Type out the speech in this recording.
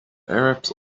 arabs